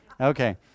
Okay